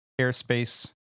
airspace